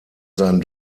seinen